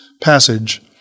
passage